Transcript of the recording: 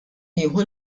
nieħu